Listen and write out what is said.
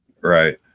Right